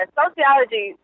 sociology